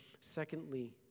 Secondly